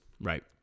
right